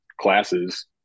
classes